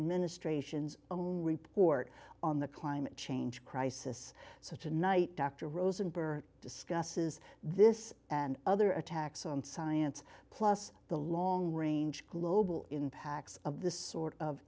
in ministrations own report on the climate change crisis so tonight dr rosenberg discusses this and other attacks on science plus the long range global impacts of this sort of